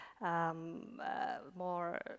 more